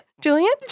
Julian